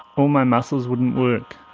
all my muscles wouldn't work.